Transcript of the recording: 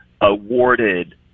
awarded